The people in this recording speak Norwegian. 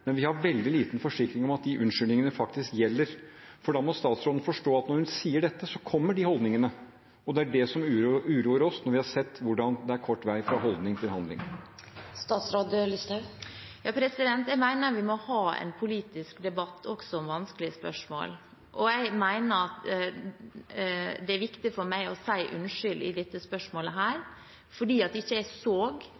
men vi har veldig liten forsikring om at de unnskyldningene faktisk gjelder. For da må statsråden forstå at når hun sier dette, så kommer disse holdningene. Det er det som uroer oss når vi har sett hvordan det er kort vei fra holdning til handling. Jeg mener vi må ha en politisk debatt også om vanskelige spørsmål. Jeg mener at det er viktig for meg å si unnskyld i dette spørsmålet